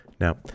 Now